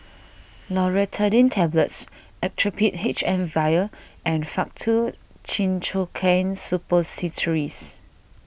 Loratadine Tablets Actrapid H M Vial and Faktu Cinchocaine Suppositories